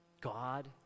God